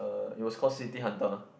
it was called City Hunter